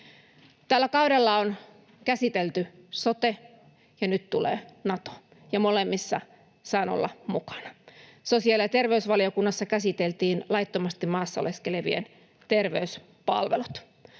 Tällä kaudella on käsitelty sote, ja nyt tulee Nato, ja molemmissa saan olla mukana. Sosiaali- ja terveysvaliokunnassa käsiteltiin laittomasti maassa oleskelevien terveyspalvelut.